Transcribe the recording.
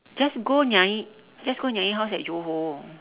just go nyai just go nyai house at johor